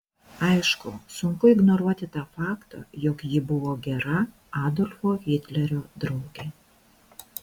aišku sunku ignoruoti tą faktą jog ji buvo gera adolfo hitlerio draugė